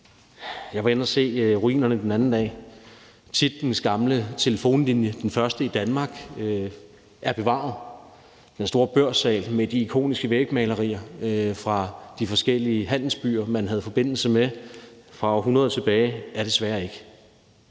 Jeg var inde og se ruinerne den anden dag. Tietgens gamle telefonlinje, den første i Danmark, er bevaret. Den store børssal med de ikoniske vægmalerier fra de forskellige handelsbyer, man havde forbindelse med fra århundreder tilbage, er desværre ikke.